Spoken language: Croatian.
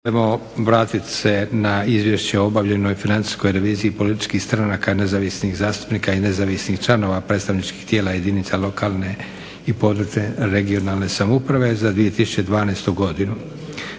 rasprava o nalazu revizije financijske revizije političkih stranaka, nezavisnih zastupnika i nezavisnih članova predstavničkih tijela jedinica lokalne i područne (regionalne) samouprave za 2012. narodski